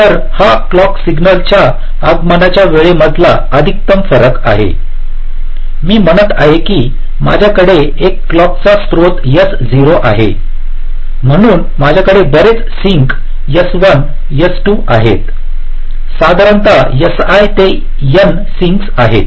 तर हा clock signal च्या आगमनाच्या वेळे मधला अधिकतम फरक आहे मी म्हणत आहे की माझ्याकडे एक क्लॉक चा स्त्रोत S0 आहे म्हणून माझ्याकडे बरेच सिंक S1 S2 आहेत साधारणत Si ते n सिंकस आहेत